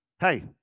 Hey